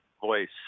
voice